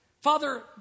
Father